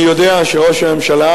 אני יודע שראש הממשלה,